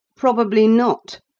probably not.